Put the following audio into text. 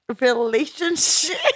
relationship